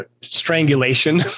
strangulation